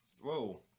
Whoa